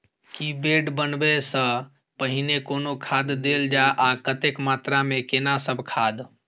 की bed बनबै सॅ पहिने कोनो खाद देल जाय आ कतेक मात्रा मे केना सब खाद?